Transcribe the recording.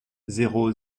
zéro